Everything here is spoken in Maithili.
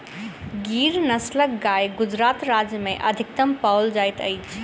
गिर नस्लक गाय गुजरात राज्य में अधिकतम पाओल जाइत अछि